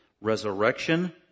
resurrection